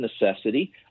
necessity